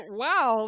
wow